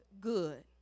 good